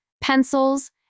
pencils